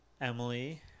Emily